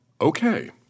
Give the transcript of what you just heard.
Okay